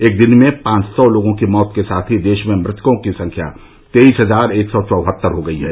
एक दिन में पांच सौ लोगों की मौत के साथ ही देश में मृतकों की संख्या तेईस हजार एक सौ चौहत्तर हो गयी है